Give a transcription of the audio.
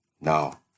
now